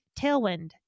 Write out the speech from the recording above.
Tailwind